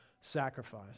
sacrifice